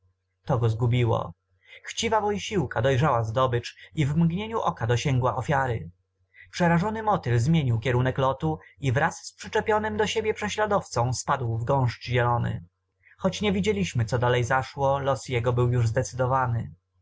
go zgubiło chciwa wojsiłka dojrzała zdobycz i w mgnieniu oka dosięgła ofiary przerażony motyl zmienił kierunek lotu i wraz z przyczepionym do siebie prześladowcą spadł w gąszcz zielony choć nie widzieliśmy co dalej zaszło los jego był już zdecydowany